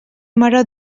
maror